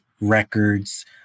records